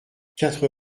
quatre